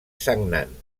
sagnant